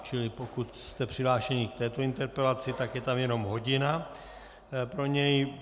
Čili pokud jste přihlášeni k této interpelaci, tak je tam jenom hodina pro něj.